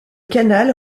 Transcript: canal